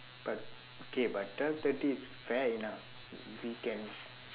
but okay but twelve thirty is fair enough we can